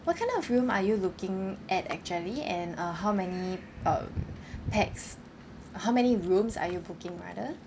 what kind of room are you looking at actually and uh how many um pax how many rooms are you booking rather